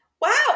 Wow